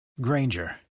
Granger